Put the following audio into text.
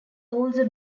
also